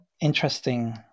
interesting